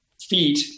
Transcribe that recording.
feet